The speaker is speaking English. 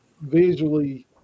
visually